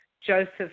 Joseph